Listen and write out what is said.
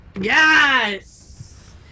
Yes